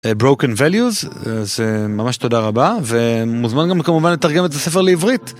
Broken values זה ממש תודה רבה ומוזמן גם כמובן לתרגם את הספר לעברית.